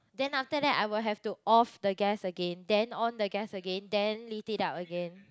then after that I will have to off the gas again then on the gas again then lit it up again